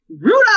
rudolph